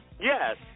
Yes